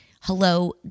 hello